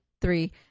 three